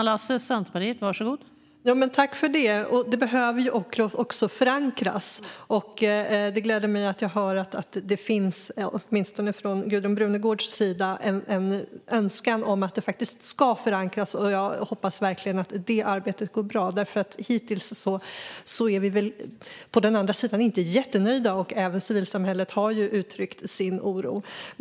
Fru talman! Det behöver också förankras, och det gläder mig att det, åtminstone från Gudrun Brunegårds sida, finns en önskan om att det ska förankras. Jag hoppas verkligen att det arbetet går bra, för hittills har vi på den andra sidan inte varit jättenöjda. Även civilsamhället har uttryckt sin oro.